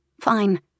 Fine